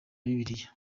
bibiliya